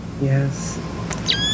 Yes